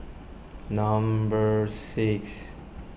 number six